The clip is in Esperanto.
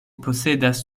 posedas